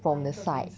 from the side